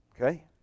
Okay